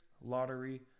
lottery